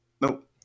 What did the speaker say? Nope